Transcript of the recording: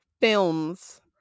films